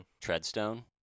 Treadstone